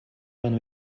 when